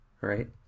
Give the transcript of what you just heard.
right